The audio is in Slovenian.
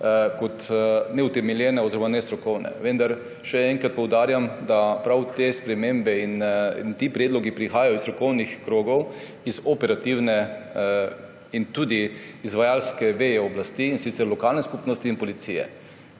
kot neutemeljeni oziroma nestrokovni. Vendar še enkrat poudarjam, da prav te spremembe in ti predlogi prihajajo iz strokovnih krogov, iz operativne in tudi izvajalske veje oblasti, in sicer lokalne skupnosti in policije.